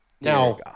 Now